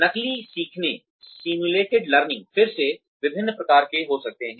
नकली सीखने फिर से विभिन्न प्रकार के हो सकते हैं